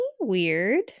weird